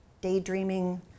daydreaming